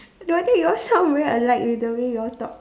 no wonder you all sound very alike the way you all talk